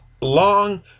long